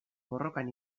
borrokan